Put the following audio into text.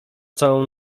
całą